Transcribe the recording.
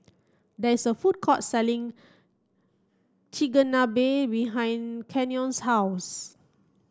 there is a food court selling Chigenabe behind Kenyon's house